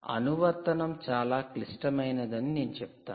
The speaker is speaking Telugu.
అనువర్తనం చాలా క్లిష్టమైనదని నేను చెబుతాను